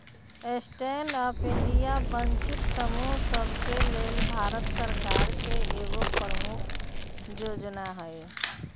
stand up India वंचित समूह सभके लेल भारत सरकार के एगो प्रमुख जोजना हइ